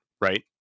right